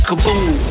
Kaboom